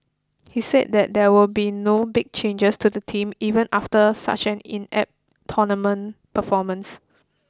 he said that there will be no big changes to the team even after such an inept tournament performance